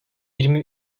yirmi